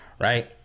right